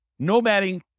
nomading